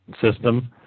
system